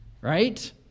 right